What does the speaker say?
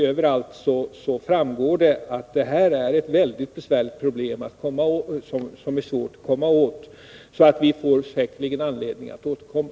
Överallt framhålls att langningen är ett mycket besvärligt problem, som det är svårt att komma åt, så vi får säkerligen anledning att återkomma.